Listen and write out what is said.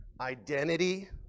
identity